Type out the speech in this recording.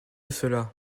cela